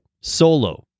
Solo